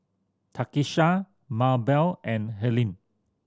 Takisha Mabelle and Helene